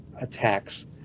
attacks